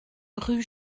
rue